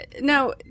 now